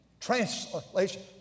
translation